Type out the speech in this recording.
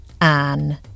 Anne